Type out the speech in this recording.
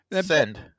Send